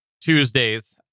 Tuesdays